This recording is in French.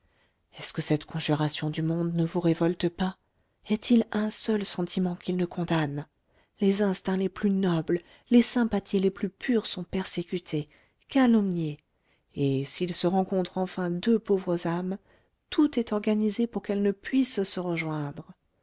est-ce que cette conjuration du monde ne vous révolte pas estil un seul sentiment qu'il ne condamne les instincts les plus nobles les sympathies les plus pures sont persécutés calomniés et s'il se rencontre enfin deux pauvres âmes tout est organisé pour qu'elles ne puissent se